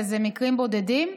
וזה מקרים בודדים,